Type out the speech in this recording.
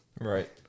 Right